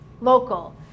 local